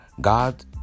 God